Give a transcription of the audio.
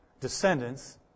descendants